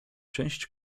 część